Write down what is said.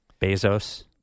Bezos